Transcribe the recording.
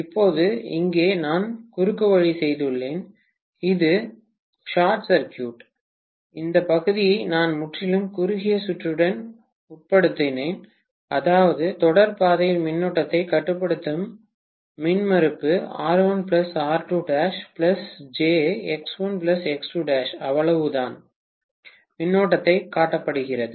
இப்போது இங்கே நான் குறுக்குவழி செய்துள்ளேன் இது ஷார்ட் சர்க்யூட் இந்த பகுதியை நான் முற்றிலும் குறுகிய சுற்றுக்கு உட்படுத்தினேன் அதாவது தொடர் பாதையில் மின்னோட்டத்தை கட்டுப்படுத்தும் மின்மறுப்பு அவ்வளவுதான் மின்னோட்டத்தை கட்டுப்படுத்துகிறது